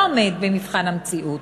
לא עומדת במבחן המציאות.